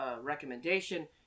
recommendation